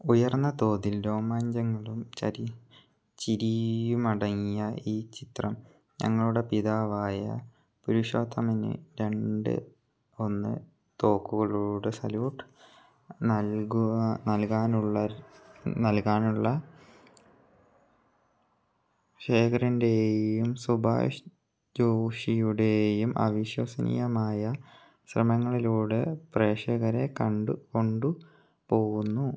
ഉയർന്ന തോതിൽ രോമാഞ്ചങ്ങളും ചിരിയും അടങ്ങിയ ഈ ചിത്രം ഞങ്ങളുടെ പിതാവായ പുരുഷോത്തമന് രണ്ട് ഒന്ന് തോക്കുകളുടെ സല്യൂട്ട് നൽകാനുള്ള നൽകാനുള്ള ശേഖറിൻ്റെയും സുഭാഷ് ജോഷിയുടെയും അവിശ്വസനീയമായ ശ്രമങ്ങളിലൂടെ പ്രേക്ഷകരെ കണ്ടു കൊണ്ടു പോകുന്നു